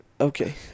Okay